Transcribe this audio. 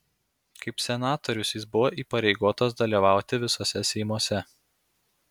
kaip senatorius jis buvo įpareigotas dalyvauti visuose seimuose